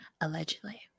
Allegedly